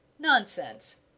nonsense